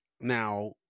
Now